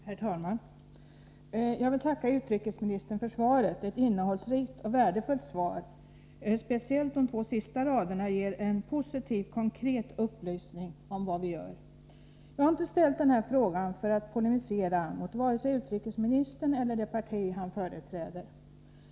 Herr talman! Jag vill tacka utrikesministern för svaret. Det var ett innehållsrikt och värdefullt svar. Speciellt de två sista raderna ger en positiv, konkret upplysning om vad vi gör. Jag har inte ställt den här frågan för att polemisera mot vare sig utrikesministern eller det parti han företräder.